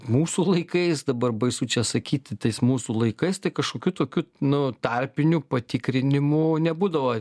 mūsų laikais dabar baisu čia sakyt tais mūsų laikais tai kažkokių tokių nu tarpinių patikrinimų nebūdavo